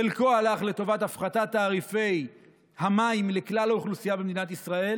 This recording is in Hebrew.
חלקו הלך לטובת הפחתת תעריפי המים לכלל האוכלוסייה במדינת ישראל